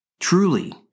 truly